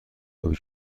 آبی